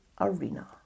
arena